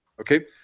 Okay